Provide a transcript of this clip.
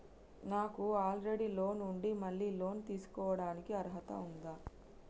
నాకు already loan ఉండి మళ్ళీ లోన్ తీసుకోవడానికి అర్హత ఉందా?